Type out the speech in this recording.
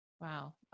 Wow